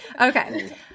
Okay